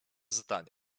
zdanie